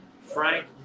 Frank